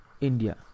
India